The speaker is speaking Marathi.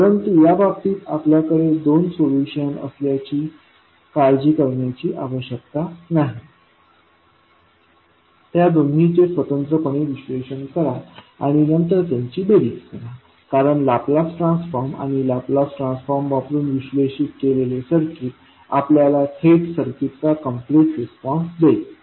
परंतु या बाबतीत आपल्याकडे दोन सोल्यूशन असल्याची काळजी करण्याची आवश्यकता नाही त्या दोन्ही चे स्वतंत्रपणे विश्लेषण करा आणि नंतर त्यांची बेरीज करा कारण लाप्लास ट्रान्सफॉर्म आणि लाप्लास ट्रान्सफॉर्म वापरुन विश्लेषित केलेले सर्किट आपल्याला थेट सर्किटचा कम्प्लीट रिस्पॉन्स देईल